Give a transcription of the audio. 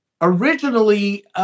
originally